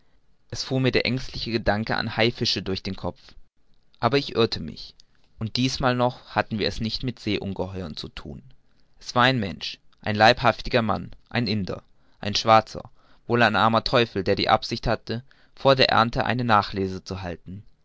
es fuhr mir der ängstliche gedanke an haifische durch den kopf aber ich irrte mich und diesmal noch hatten wir es nicht mit seeungeheuern zu thun es war ein mensch ein leibhaftiger mann ein indier ein schwarzer wohl ein armer teufel der die absicht hatte vor der ernte eine nachlese zu halten